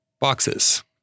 Boxes